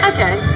Okay